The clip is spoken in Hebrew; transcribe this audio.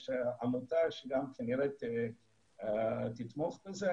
יש עמותה שכנראה תתמוך בזה,